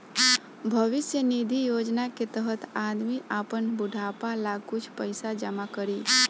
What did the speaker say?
भविष्य निधि योजना के तहत आदमी आपन बुढ़ापा ला कुछ पइसा जमा करी